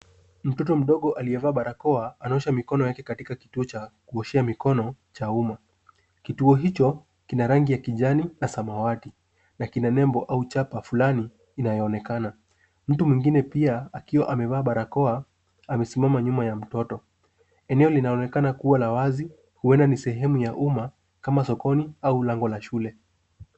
Mtoto mdogo aliyevaa barakoa anaosha mikono yake katika kituo cha kuoshea mikono cha umma. Kituo hicho kina rangi ya kijani na samawati na kina nembo au chapa fulani inayoonekana. Mtu mwingine pia akiwa amevaa barakoa amesimama nyuma ya mtoto. Eneo linaonekana kuwa la wazi huenda ni sehemu ya umma kama sokoni au lango la shule.